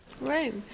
Right